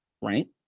right